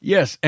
Yes